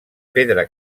pedra